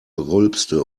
rülpste